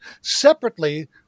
separately